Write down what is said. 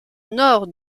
nord